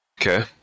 Okay